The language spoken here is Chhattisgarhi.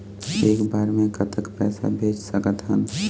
एक बार मे कतक पैसा भेज सकत हन?